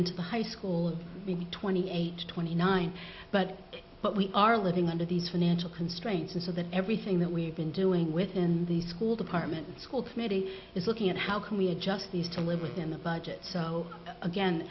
into the high school in twenty eight twenty nine but but we are living under these financial constraints and so that everything that we've been doing within the school department school committee is looking at how can we adjust these to live within the budget so again